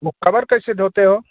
वो कबर कैसे धोते हो